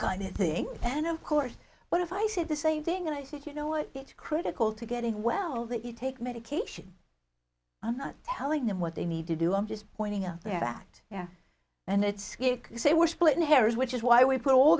kind of thing and of course what if i said the same thing and i said you know what it's critical to getting well that you take medication i'm not telling them what they need to do i'm just pointing out that yeah and it's good to say we're splitting hairs which is why we put all